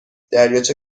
دریاچه